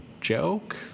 joke